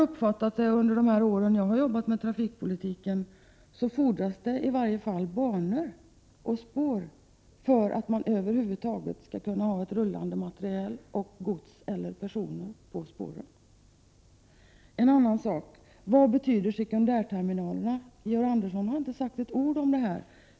Under de år som jag har jobbat med trafikpolitiken har jag uppfattat att det åtminstone fordras banor och spår för att man över huvud taget skall kunna ha rullande materiel för att transportera gods eller personer. Jag vill ställa ytterligare en fråga: Vad betyder sekundärterminalerna? Georg Andersson har inte sagt ett ord om dem.